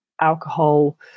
alcohol